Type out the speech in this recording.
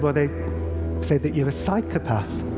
but they say that you're a psychopath.